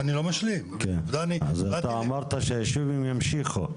אתה אמרת שהיישובים ימשיכו,